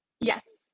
yes